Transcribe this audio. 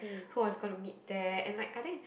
who was gonna meet there and like I think